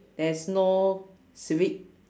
there's no civic